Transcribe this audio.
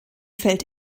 fällt